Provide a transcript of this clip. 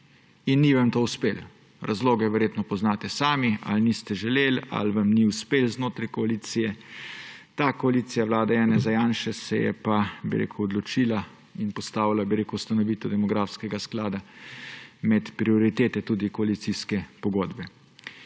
In ni vam to uspelo. Razloge verjetno poznate sami, ali niste želeli ali vam ni uspelo znotraj koalicije. Ta koalicija vlade Janeza Janše se je pa odločila in postavila ustanovitev demografskega sklada med prioritete koalicijske pogodbe.